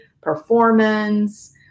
performance